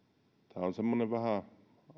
tämä on semmoinen vähän